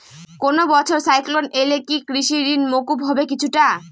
কোনো বছর সাইক্লোন এলে কি কৃষি ঋণ মকুব হবে কিছুটা?